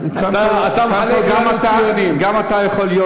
זה לא, תנו לי, חברי הכנסת, אתם רוצים שהוא ישיב?